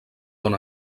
bon